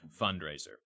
fundraiser